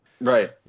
Right